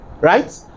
right